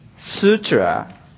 sutra